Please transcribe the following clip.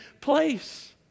place